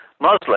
Muslim